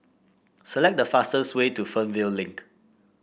select the fastest way to Fernvale Link